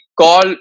call